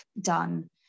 done